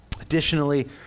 Additionally